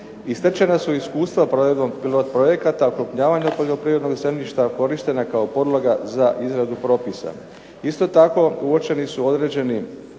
stečena su iskustva provedbom pilot projekata, okrupnjavanju poljoprivrednog zemljišta korištena je kao podloga za izradu propisa. Isto tako uočeni su određeni